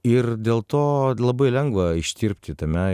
ir dėl to labai lengva ištirpti tame